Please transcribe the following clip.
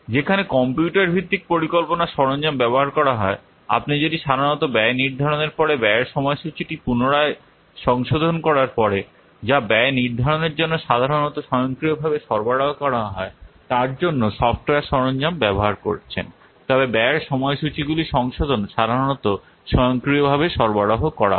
যেখানে কম্পিউটার ভিত্তিক পরিকল্পনার সরঞ্জাম ব্যবহার করা হয় আপনি যদি সাধারনত ব্যয় নির্ধারণের পরে ব্যয়ের সময়সূচীটি পুনরায় সংশোধন করার পরে যা ব্যয় নির্ধারণের জন্য সাধারনত স্বয়ংক্রিয়ভাবে সরবরাহ করা হয় তার জন্য সফ্টওয়্যার সরঞ্জাম ব্যবহার করছেন তবে ব্যয়ের সময়সূচীগুলির সংশোধন সাধারণত স্বয়ংক্রিয়ভাবে সরবরাহ করা হয়